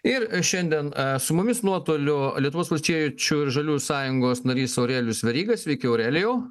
ir šiandien su mumis nuotoliu lietuvos valsčiečių ir žaliųjų sąjungos narys aurelijus veryga sveiki aurelijau